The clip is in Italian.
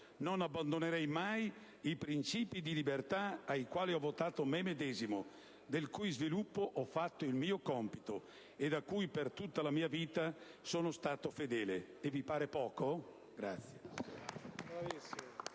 non abbandonerei mai i principi di libertà ai quali ho votato me medesimo, del cui sviluppo ho fatto il mio compito, ed a cui per tutta la mia vita sono stato fedele». E vi pare poco?